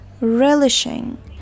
relishing